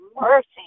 mercy